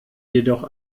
jedoch